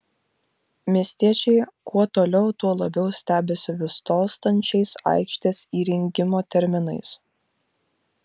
miestiečiai kuo toliau tuo labiau stebisi vis tolstančiais aikštės įrengimo terminais